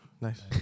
Nice